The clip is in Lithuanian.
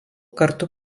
kartu